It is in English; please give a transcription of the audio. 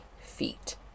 feet